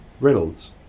Reynolds